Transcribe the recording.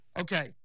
okay